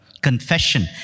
confession